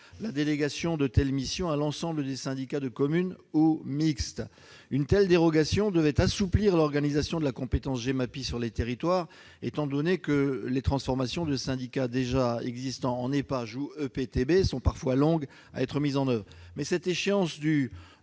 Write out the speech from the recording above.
la délégation de telles missions à l'ensemble des syndicats de communes ou des syndicats mixtes. Une telle dérogation devait assouplir l'organisation de la compétence « Gemapi » sur les territoires, étant donné que les transformations de syndicats déjà existants en Épage et en EPTB sont parfois longues à être mises en oeuvre. Toutefois, cette échéance du